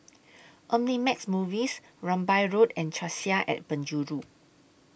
Omnimax Movies Rambai Road and Cassia and Penjuru